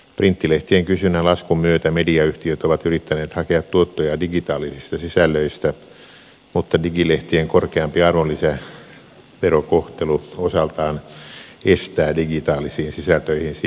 printtilehtien kysynnän laskun myötä mediayhtiöt ovat yrittäneet hakea tuottoja digitaalisista sisällöistä mutta digilehtien korkeampi arvonlisäverokohtelu osaltaan estää digitaalisiin sisältöihin siirtymistä